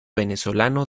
venezolano